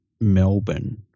Melbourne